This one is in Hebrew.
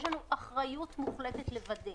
יש לנו אחריות מוחלטת לוודא